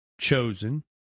chosen